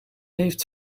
heeft